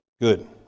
good